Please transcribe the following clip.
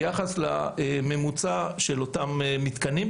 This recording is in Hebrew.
ביחס לממוצע של אותם מתקנים.